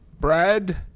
Brad